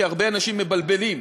כי הרבה אנשים מבלבלים: